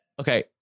Okay